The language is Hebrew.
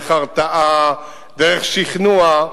דרך הרתעה, דרך שכנוע.